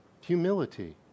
humility